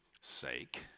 sake